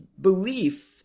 belief